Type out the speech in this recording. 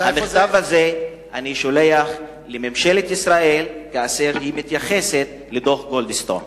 את המכתב הזה אני שולח לממשלת ישראל כאשר היא מתייחסת לדוח-גולדסטון,